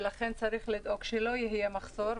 ולכן צריך לדאוג שלא יהיה מחסור,